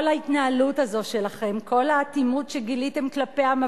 ההון, שעשק את העם שלו.